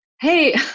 hey